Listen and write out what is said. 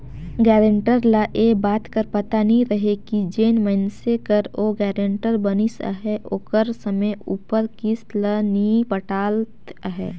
guarantor ल ए बात कर पता नी रहें कि जेन मइनसे कर ओ गारंटर बनिस अहे ओहर समे उपर किस्त ल नी पटात अहे